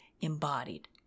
embodied